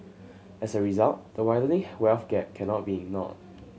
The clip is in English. as a result the widening wealth gap cannot be ignored